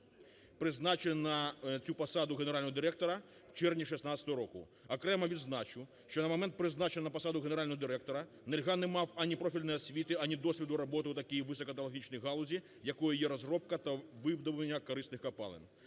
призначений на цю посаду генерального директора в червні 2016 року. Окремо відзначу, що на момент призначення на посаду генерального директора, Нельга не мав ані профільної освіти, ані досвіду роботи у такій високотехнологічній галузі якою є розробка та видобування корисних копалин.